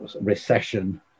recession